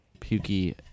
pukey